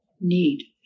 need